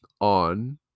on